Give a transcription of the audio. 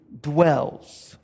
dwells